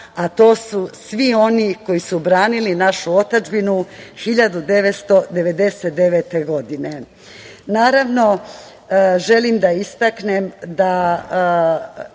a to su svi oni koji su branili našu otadžbinu 1999. godine. Naravno, želim da istaknem da